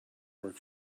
work